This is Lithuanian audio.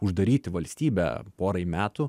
uždaryti valstybę porai metų